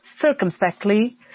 circumspectly